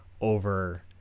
over